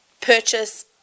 purchase